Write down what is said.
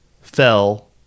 fell